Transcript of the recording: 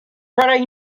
royal